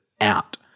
out